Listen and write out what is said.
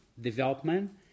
development